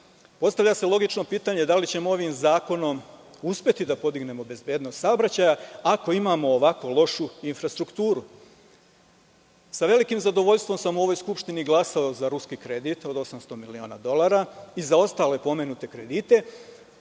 se logično pitanje da li ćemo ovim zakonom uspeti da podignemo bezbednost saobraćaja ako imamo ovako lošu infrastrukturu? Sa velikim zadovoljstvom sam u ovoj Skupštini glasao za ruski kredit od 800 miliona dolara i za ostale pomenute kredite,